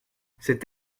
cette